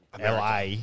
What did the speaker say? LA